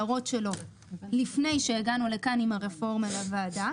שלו לפני שהגענו עם הרפורמה לוועדה.